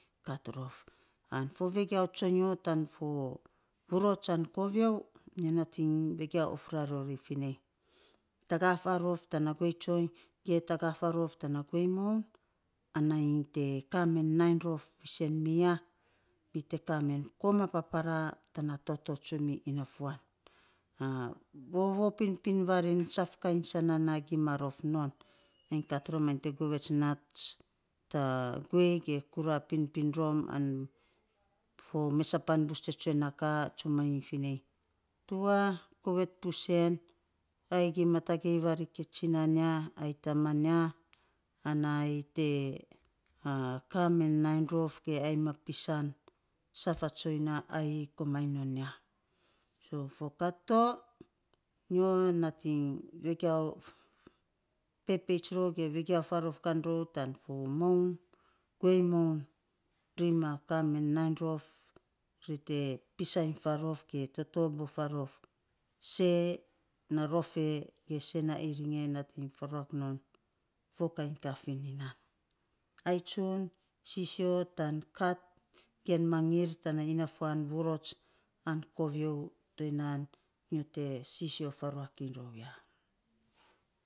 Nan fo vegiau tsonyo tan fo vurots an kovio, nyo nating vegiau of rarori finei, tagaa faarof tana guei tsoiny ge tagaa faarof tana guei moun. Ana nyi te kamen nainy rof fiisen miya, mi te kamen koma paparaa tana toto tsumi inafuan. vovou pinpin vaare saf kainy sanaan na gima rof non. Ai kat rom ai te govets nats ta guei ge kuraa pinpin rom, an fo mesa pan bus te tsue na ka, tsumanyi finei tuwa, govet busen ai gima tagei varik e tsinan ya ai taman ya. Ana ainy te ka men nainy rof ge ai ma pisan saf a tsoiny na ayei komainy non ya, so fokat to, nyo nating vegiau pepeits rou, ge vegiau faarof kan rou tan fo moun, guei moun. Ri ma kamen nainy rof, ri te pisainy faarof ge totoboo faarof, se na rof e ge na iring e, nating faruak non, fokiany ka fininan, ai tsun sisio tan kat gen magir tana.